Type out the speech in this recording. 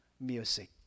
music